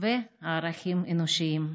וערכים אנושיים.